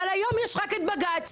אבל היום יש רק את בג"צ,